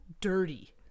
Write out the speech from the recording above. dirty